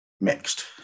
mixed